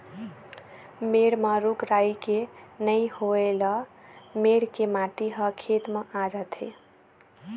मेड़ म रूख राई के नइ होए ल मेड़ के माटी ह खेत म आ जाथे